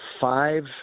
five